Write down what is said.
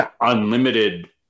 unlimited